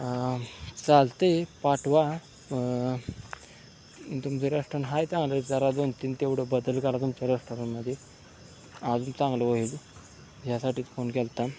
चालते पाटवा तुमचं रेस्टॉरंट हाय चांगलं जरा दोन तीन तेवढं बदल करा तुमच्या रेस्टॉरंटमदे अजून चांगलं होईल ह्यासाठी फोन केलता